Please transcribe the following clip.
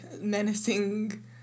menacing